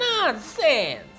Nonsense